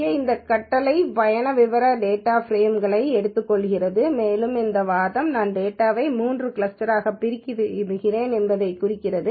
இங்கே இந்த கட்டளை இந்த பயண விவர டேட்டா ப்ரேம்ங்களை எடுத்துக்கொள்கிறது மேலும் இந்த வாதம் நான் டேட்டாவை 3 கிளஸ்டர்களாக பிரிக்க விரும்புகிறேன் என்பதைக் குறிக்கிறது